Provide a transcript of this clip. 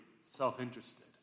self-interested